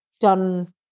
done